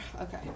okay